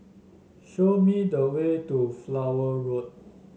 show me the way to Flower Road